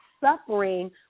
suffering